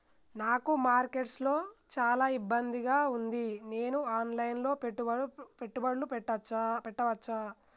నాకు మార్కెట్స్ లో చాలా ఇబ్బందిగా ఉంది, నేను ఆన్ లైన్ లో పెట్టుబడులు పెట్టవచ్చా?